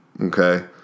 okay